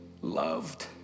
loved